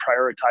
prioritize